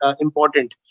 important